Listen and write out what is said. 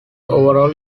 overall